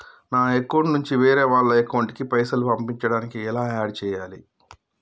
నా అకౌంట్ నుంచి వేరే వాళ్ల అకౌంట్ కి పైసలు పంపించడానికి ఎలా ఆడ్ చేయాలి?